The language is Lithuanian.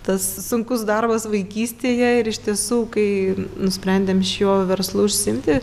tas sunkus darbas vaikystėje ir iš tiesų kai nusprendėm šiuo verslu užsiimti